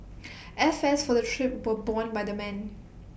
airfares for the trip borne borne by the men